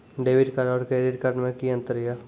Debit card और credit card मे कि अंतर या?